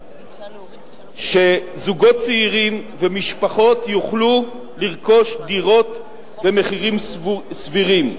שזוגות צעירים ומשפחות יוכלו לרכוש דירות במחירים סבירים.